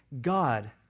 God